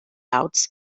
outs